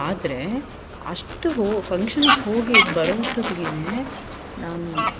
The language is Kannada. ಆದರೆ ಅಷ್ಟು ಹೊ ಫಂಕ್ಷನಿಗೆ ಹೋಗಿ ಬರೋ ಅಷ್ಟು ಹೊತ್ತಿಗೇನೆ ನಾನು